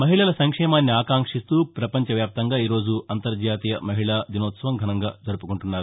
మహిళల సంక్షేమాన్ని ఆకాంక్షిస్తూ పపంచవ్యాప్తంగా ఈ రోజు అంతర్జాతీయ మహిళా దినోత్సవం ఘనంగా జరుపుకుంటున్నారు